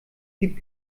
gibt